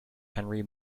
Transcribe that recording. henry